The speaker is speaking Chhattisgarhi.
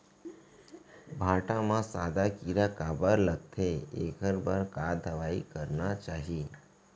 भांटा म सादा कीरा काबर लगथे एखर बर का दवई करना चाही?